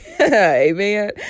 Amen